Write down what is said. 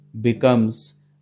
becomes